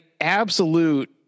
absolute